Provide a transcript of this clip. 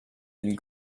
and